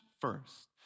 first